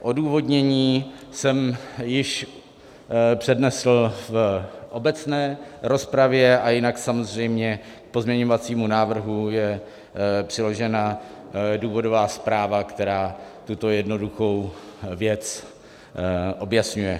Odůvodnění jsem již přednesl v obecné rozpravě a jinak samozřejmě k pozměňovacímu návrhu je přiložena důvodová zpráva, která tuto jednoduchou věc objasňuje.